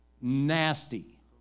nasty